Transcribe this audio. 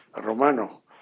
Romano